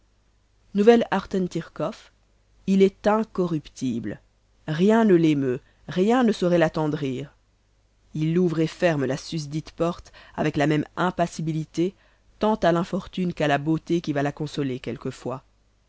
nouvel hartentirkof il est incorruptible rien ne l'émeut rien ne saurait l'attendrir il ouvre et ferme la susdite porte avec la même impassibilité tant à l'infortune qu'à la beauté qui va la consoler quelquefois